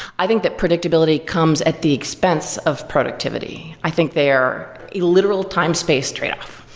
i think that predictability comes at the expense of productivity. i think they're a literal time-space tradeoff.